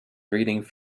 reading